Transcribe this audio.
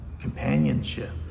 companionship